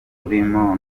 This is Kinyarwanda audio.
burimo